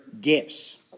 gifts